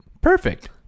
perfect